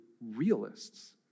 realists